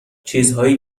چیزهایی